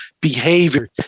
behavior